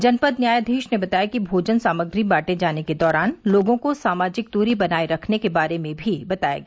जनपद न्यायाधीश ने बताया कि भोजन सामग्री बांटे जाने के दौरान लोगों को सामाजिक दूरी बनाए रखने के बारे में भी बताया गया